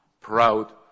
proud